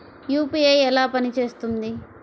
UPI ఎలా పనిచేస్తుంది?